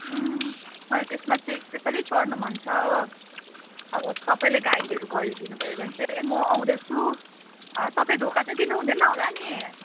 मलाई त्यसमा चाहिँ स्पेसली चढ्नु मन छ हो अब तपाईँले गाइडहरू गरिदिनुभयो भने चाहिँ म आउँदैछु तपाईँ धोका त दिनु हुँदैन होला नि